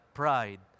pride